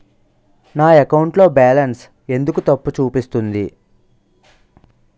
నా అకౌంట్ లో బాలన్స్ ఎందుకు తప్పు చూపిస్తుంది?